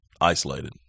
isolated